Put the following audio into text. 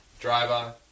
Driver